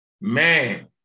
Man